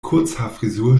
kurzhaarfrisur